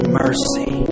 mercy